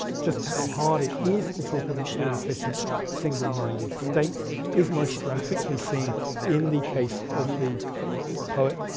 just how hard it is to talk of an all-efficient single-minded state is most graphically seen in the case of the poet,